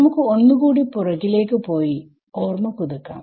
നമുക്ക് ഒന്ന് കൂടി പുറകിലേക്ക് പോയി ഓർമ പുതുക്കാം